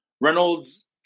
Reynolds